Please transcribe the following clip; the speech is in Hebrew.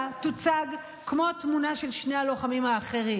תוצג כמו התמונה של שני הלוחמים האחרים.